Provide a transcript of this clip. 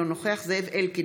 אינו נוכח זאב אלקין,